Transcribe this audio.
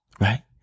right